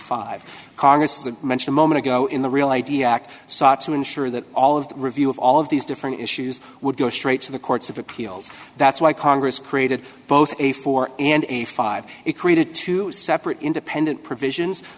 congress a moment ago in the real id act sought to ensure that all of the review of all of these different issues would go straight to the courts of appeals that's why congress created both a four and a five it created two separate independent provisions